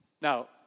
Now